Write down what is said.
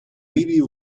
ливии